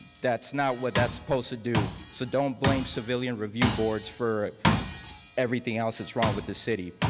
that's not what that's supposed to do, so don't blame civilian review boards for everything else that's wrong with the city.